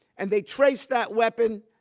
and they traced that weapon,